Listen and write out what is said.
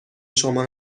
شما